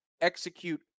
execute